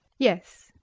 yes,